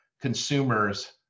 consumers